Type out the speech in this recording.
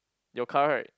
your car right